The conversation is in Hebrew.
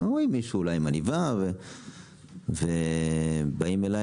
רואים מישהו אולי עם עניבה ובאים אליי